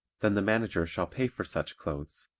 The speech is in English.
then the manager shall pay for such clothes,